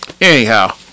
Anyhow